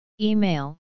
Email